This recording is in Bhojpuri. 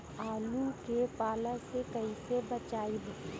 आलु के पाला से कईसे बचाईब?